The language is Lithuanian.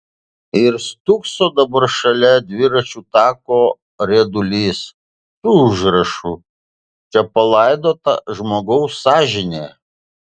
ir stūkso dabar šalia dviračių tako riedulys su užrašu čia palaidota žmogaus sąžinė